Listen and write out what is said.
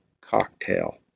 cocktail